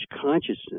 consciousness